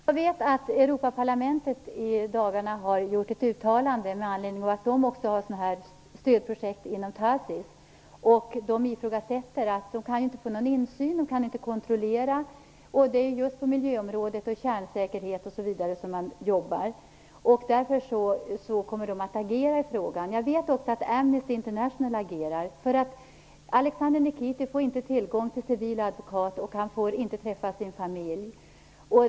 Fru talman! Jag vet att Europaparlamentet i dagarna har gjort ett uttalande med anledning av att man inte tycker sig ha någon insyn och kontroll i sina stödprojekt inom TACIS, som rör just miljöområdet, kärnsäkerhet osv. Man kommer därför att agera i frågan. Även Amnesty International agerar. Alexandr Nikitin får nämligen inte tillgång till civil advokat, och han får inte heller träffa sin familj.